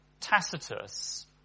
Tacitus